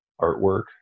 artwork